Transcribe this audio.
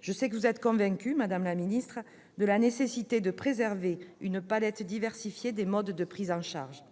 Je sais que vous êtes convaincue, madame la ministre, de la nécessité de préserver une palette diversifiée de modes de prise en charge,